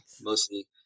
mostly